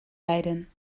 leiden